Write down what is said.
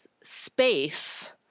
space